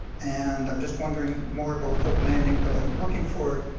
and i'm just wondering more about hope landing, but i'm looking for,